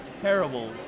terrible